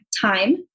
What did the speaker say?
time